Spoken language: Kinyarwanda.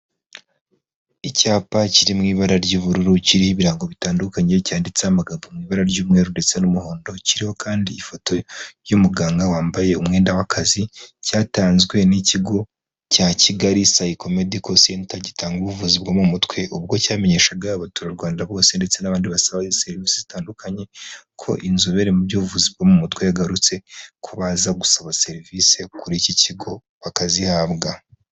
Icyapa kiri mu ibara ry'ubururu kiriho ibirango bitandukanye, cyanditseho amagambo mu ibara ry'umweru ndetse n'umuhondo, kiriho kandi ifoto y'umuganga wambaye umwenda w'akazi, cyatanzwe n'ikigo cya Kigali Psycomedical Center gitanga ubuvuzi bwo mu mutwe, ubwo cyamenyeshaga abaturarwanda bose ndetse n'abandi basabayo serivisi zitandukanye ko inzobere mu by'ubuvuzi bwo mu mutwe yagarutse, ko baza gusaba serivisi kuri iki kigo bakazihabwa.